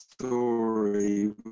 story